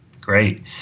Great